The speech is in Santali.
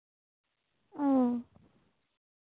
ᱚᱻ